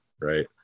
right